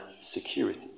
security